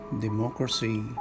Democracy